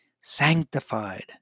sanctified